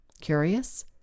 Curious